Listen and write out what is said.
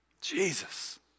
Jesus